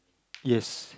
yes